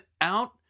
out